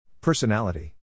Personality